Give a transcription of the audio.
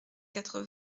quatre